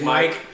Mike